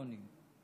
הקואליציוניים.